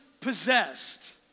possessed